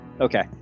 Okay